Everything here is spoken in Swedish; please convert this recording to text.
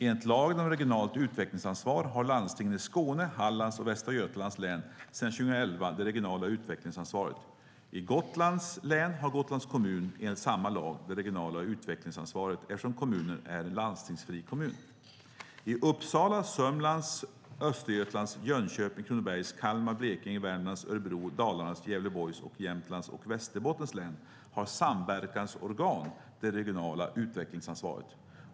Enligt lagen om regionalt utvecklingsansvar har landstingen i Skåne, Hallands och Västra Götalands län sedan 2011 det regionala utvecklingsansvaret. I Gotlands län har Gotlands kommun, enligt samma lag, det regionala utvecklingsansvaret eftersom kommunen är en landstingsfri kommun. I Uppsala, Södermanlands, Östergötlands, Jönköpings, Kronobergs, Kalmar, Blekinge, Värmlands, Örebro, Dalarnas, Gävleborgs, Jämtlands och Västerbottens län har samverkansorgan det regionala utvecklingsansvaret.